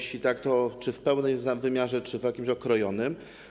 Jeśli tak, to czy w pełnym wymiarze, czy w jakimś okrojonym?